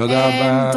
תודה רבה, אדוני.